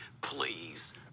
Please